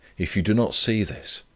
if you do not see this,